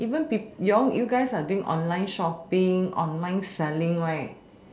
even people you all you guys are doing online shopping right online selling right